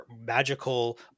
magical